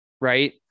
right